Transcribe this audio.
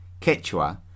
Quechua